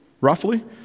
roughly